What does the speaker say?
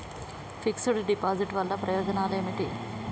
Fix డ్ deposit వల్ల ప్రయోజనాలు ఏమిటి?